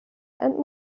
and